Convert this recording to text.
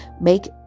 Make